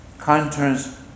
counters